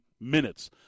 minutes